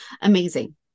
amazing